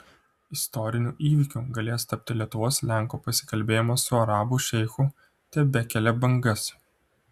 istoriniu įvykiu galėjęs tapti lietuvos lenko pasikalbėjimas su arabų šeichu tebekelia bangas